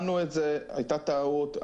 הייתה טעות.